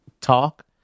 talk